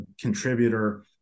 contributor